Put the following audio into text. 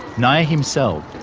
nia himself,